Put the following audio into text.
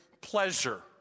pleasure